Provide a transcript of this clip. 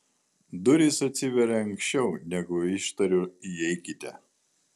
durys atsiveria anksčiau negu ištariu įeikite